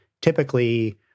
typically